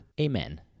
amen